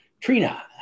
Trina